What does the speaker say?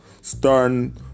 starting